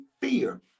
fear